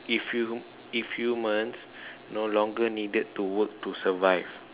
if hu~ if humans no longer needed to work to survive